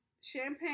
champagne